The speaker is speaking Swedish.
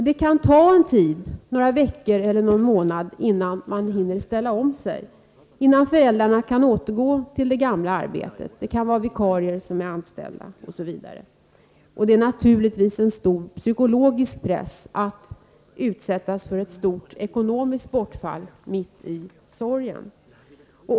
Det kan ta en tid — några veckor eller någon månad — innan man hinner ställa om sig, innan föräldrarna kan återgå till det gamla arbetet; vikarie kan ha anställts, osv. Det är naturligtvis en stor psykologisk press att utsättas för ett betydande ekonomiskt bortfall mitt i sorgen.